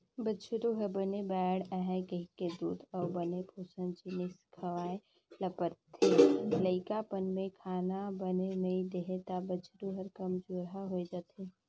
बछरु ह बने बाड़हय कहिके दूद अउ बने पोसन जिनिस खवाए ल परथे, लइकापन में खाना बने नइ देही त बछरू ह कमजोरहा हो जाएथे